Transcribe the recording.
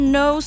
no